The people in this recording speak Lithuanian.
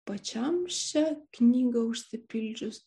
pačiam šią knygą užsipildžius